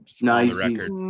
Nice